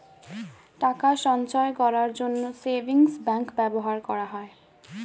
টাকা সঞ্চয় করার জন্য সেভিংস ব্যাংক ব্যবহার করা হয়